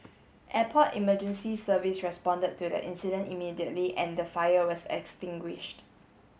Airport Emergency Service responded to the incident immediately and the fire was extinguished